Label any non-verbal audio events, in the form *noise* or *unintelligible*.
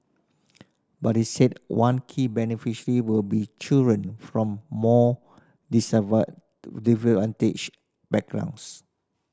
but he said one key beneficiary will be children from more *unintelligible* backgrounds